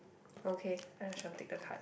okay I shall take the card